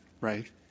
Right